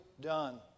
done